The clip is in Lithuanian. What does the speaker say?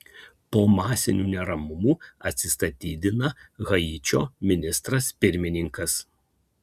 po masinių neramumų atsistatydina haičio ministras pirmininkas